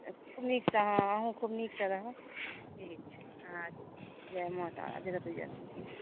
खूब नीकसँ हँ अहूँ खूब नीकसँ रहब ठीक छै अच्छा जय माता जगत जननी